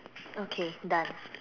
okay done